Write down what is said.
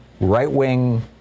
right-wing